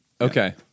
Okay